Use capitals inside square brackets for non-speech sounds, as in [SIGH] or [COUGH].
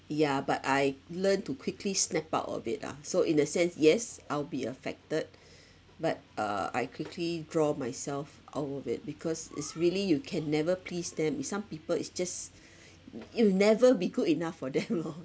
yeah but I learned to quickly snap out of it ah so in a sense yes I'll be affected but uh I quickly draw myself out of it because is really you can never please them is some people is just [BREATH] i~ it will never be good enough for them [LAUGHS] lor